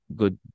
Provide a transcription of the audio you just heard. good